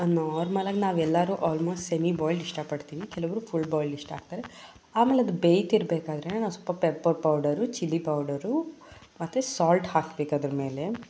ನಾರ್ಮಲಾಗಿ ನಾವೆಲ್ಲರೂ almost semi boiled ಇಷ್ಟಪಡ್ತೀವಿ ಕೆಲವೊಬ್ಬರು ಫುಲ್ ಬಾಯಿಲ್ಡ್ ಇಷ್ಟ ಆಗ್ತಾರೆ ಆಮೇಲೆ ಅದು ಬೇಯ್ತಿರಬೇಕಾದ್ರೆ ನಾವು ಸ್ವಲ್ಪ ಪೆಪ್ಪರ್ ಪೌಡರು ಚಿಲ್ಲಿ ಪೌಡರು ಮತ್ತು ಸಾಲ್ಟ್ ಹಾಕಬೇಕು ಅದರಮೇಲೆ